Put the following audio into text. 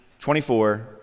24